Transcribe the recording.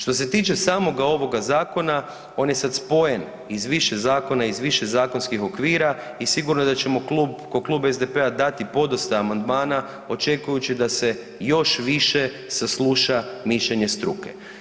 Što se tiče samoga ovoga zakona, on je sad spojen iz više zakona, iz više zakonskih okvira i sigurno je da ćemo klub, ko Klub SDP-a dati podosta amandmana očekujući da se još više sasluša mišljenje struke.